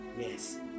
Yes